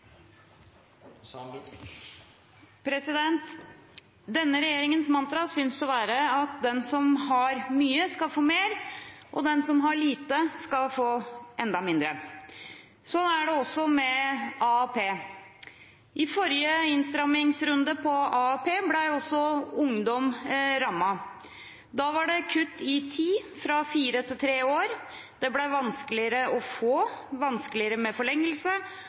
for. Denne regjeringens mantra synes å være at den som har mye, skal få mer, og den som har lite, skal få enda mindre. Sånn er det også med AAP. I forrige innstrammingsrunde på AAP ble også ungdom rammet. Da var det kutt i tid fra fire til tre år, det ble vanskeligere å få, det ble vanskeligere med forlengelse,